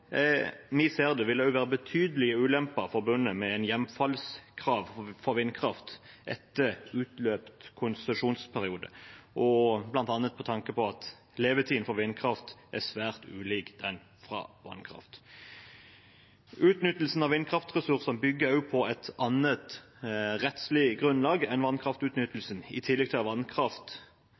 vi ser det, vil det også være betydelige ulemper forbundet med et hjemfallskrav for vindkraft etter utløpt konsesjonsperiode, bl.a. med tanke på at levetiden for vindkraft er svært ulik den for vannkraft. Utnyttelsen av vindkraftressursene bygger også på et annet rettslig grunnlag enn vannkraftutnyttelsen, i tillegg til at vannkraft